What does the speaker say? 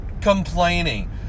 complaining